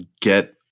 get